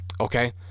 Okay